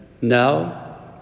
now